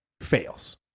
fails